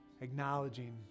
acknowledging